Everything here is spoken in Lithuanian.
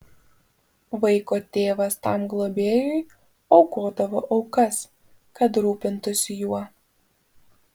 vaiko tėvas tam globėjui aukodavo aukas kad rūpintųsi juo